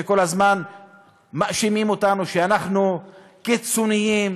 שכל הזמן מאשימים אותנו שאנחנו קיצוניים,